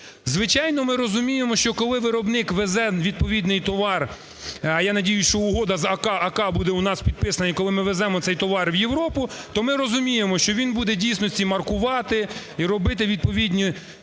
Звичайно, ми розуміємо, що коли виробник везе відповідний товар, а я надіюсь, що угода з АСАА буде у нас підписана, і коли ми веземо цей товар в Європу, то ми розуміємо, що він буде в дійсності маркувати і робити відповідні…